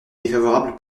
défavorable